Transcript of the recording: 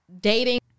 dating